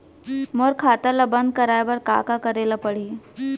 मोर खाता ल बन्द कराये बर का का करे ल पड़ही?